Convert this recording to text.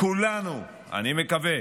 כולנו, אני מקווה,